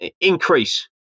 increase